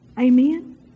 Amen